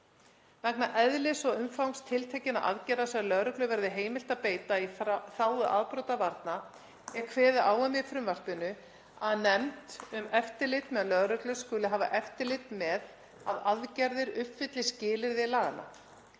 Vegna eðlis og umfangs tiltekinna aðgerða sem lögreglu verður heimilt að beita í þágu afbrotavarna er kveðið á um í frumvarpinu að nefnd um eftirlit með lögreglu skuli hafa eftirlit með að aðgerðir uppfylli skilyrði laganna.